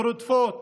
ורודפות